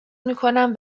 میکنم